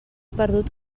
perdut